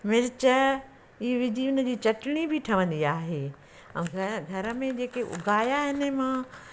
मिर्च ही विझी हुन जी चटिणी बि ठहंदी आहे ऐं घर में जेके उगाया आहिनि मां